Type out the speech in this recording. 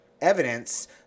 evidence